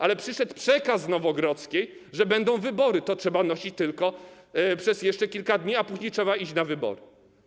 Ale przyszedł przekaz z Nowogrodzkiej, że będą wybory - to trzeba nosić tylko jeszcze przez kilka dni, a później trzeba iść na wybory.